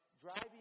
driving